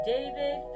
David